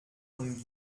von